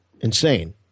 Insane